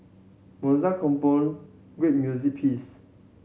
Mozart great music piece